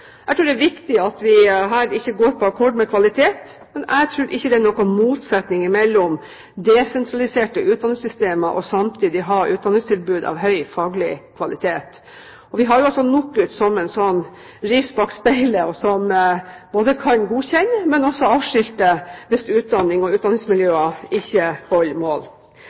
Jeg tror det er viktig at vi her ikke går på akkord med kvalitet, men jeg tror ikke det er noen motsetning mellom desentraliserte utdanningssystemer og å samtidig ha utdanningstilbud av høy faglig kvalitet. Vi har jo også NOKUT som et ris bak speilet, og som både kan godkjenne og avskilte hvis utdanningene og utdanningsmiljøene ikke holder mål.